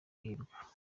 hirwa